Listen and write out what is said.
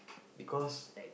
because